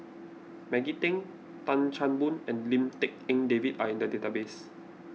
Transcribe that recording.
Maggie Teng Tan Chan Boon and Lim Tik En David are in the database